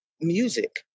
music